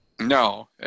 No